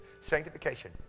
Sanctification